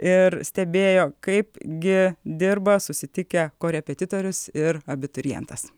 ir stebėjo kaip gi dirba susitikę korepetitorius ir abiturientas